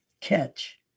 catch